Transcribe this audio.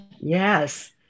Yes